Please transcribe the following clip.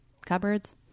cupboards